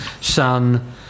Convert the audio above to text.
Son